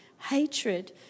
hatred